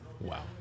Wow